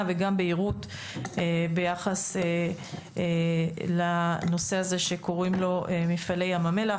וגם בהירות ביחס לנושא הזה שקוראים לו מפעלי ים המלח.